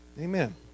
Amen